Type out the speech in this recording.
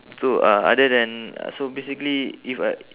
so uh other than uh so basically if I